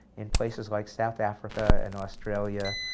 in places like south africa and australia.